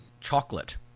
chocolate